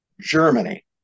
Germany